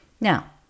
Now